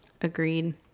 Agreed